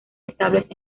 estables